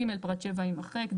(ג) פרט (7) - יימחק.